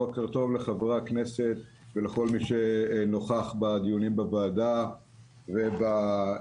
בוקר טוב לחברי הכנסת ולכל מי שנוכח בדיונים בוועדה ובזום.